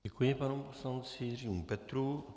Děkuji panu poslanci Jiřímu Petrů.